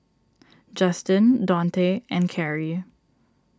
Justin Donte and Carey